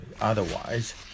Otherwise